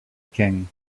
king